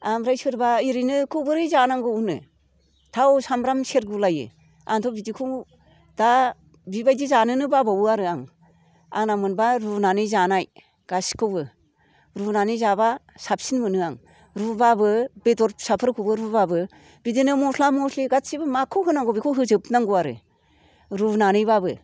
ओमफ्राय सोरबा ओरैनोखौ बोरै जानांगौ होनो थाव सामब्राम सेरग'लायो आंथ' बिदिखौ दा बेबायदि जानोनो बाबावो आरो आं आंना मोनबा रुनानै जानाय गासैखौबो रुनानै जाबा साबसिन मोनो आं रुबाबो बेदर फिसाफोरखौबो रुबाबो बिदिनो मस्ला मस्लि गासैबो माखौ होनांगौ बेखौ होजोबनांगौ आरो रुनानैबाबो